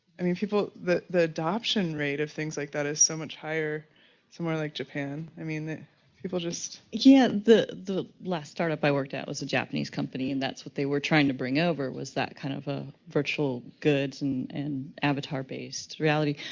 i mean people the the adoption rate of things like that is so much higher somewhere like japan. i mean that people just. corzine yeah, the the last startup i worked out was a japanese company and that's what they were trying to bring over was that kind of a virtual goods and and avatar-based reality.